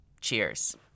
Cheers